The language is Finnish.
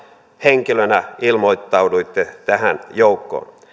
henkilönä ilmoittauduitte tähän joukkoon